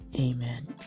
Amen